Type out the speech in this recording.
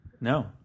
No